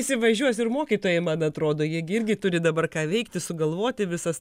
įsivažiuos ir mokytojai man atrodo jie gi irgi turi dabar ką veikti sugalvoti visas